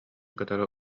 кытары